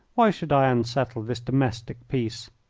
why should i unsettle this domestic peace?